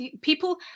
people